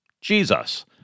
Jesus